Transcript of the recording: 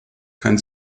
kann